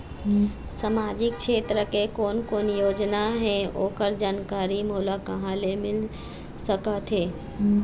सामाजिक क्षेत्र के कोन कोन योजना हे ओकर जानकारी मोला कहा ले मिल सका थे?